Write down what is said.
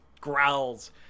growls